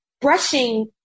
brushing